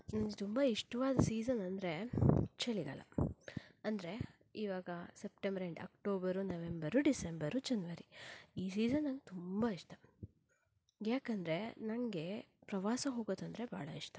ನನಗೆ ತುಂಬ ಇಷ್ಟವಾದ ಸೀಸನ್ ಅಂದರೆ ಚಳಿಗಾಲ ಅಂದರೆ ಇವಾಗ September end October November December ಜನವರಿ ಈ ಸೀಸನ್ ನನಗೆ ತುಂಬ ಇಷ್ಟ ಯಾಕೆಂದರೆ ನನಗೆ ಪ್ರವಾಸ ಹೋಗೋದಂದ್ರೆ ಬಹಳ ಇಷ್ಟ